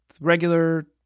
regular